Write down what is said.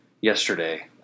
yesterday